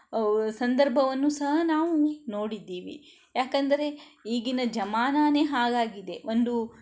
ಸಂಧರ್ಭವನ್ನು ಸಹ ನಾವು ನೋಡಿದ್ದೀವಿ ಯಾಕಂದರೆ ಈಗಿನ ಜಮಾನನೇ ಹಾಗಾಗಿದೆ ಒಂದು